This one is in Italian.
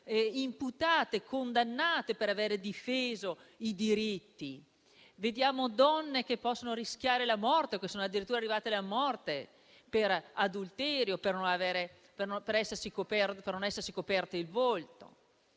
imputate e condannate per aver difeso i diritti; vediamo donne che possono rischiare la morte o che sono addirittura a essa arrivate, per adulterio o per non essersi coperte il volto.